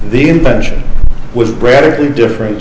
the invention with radically different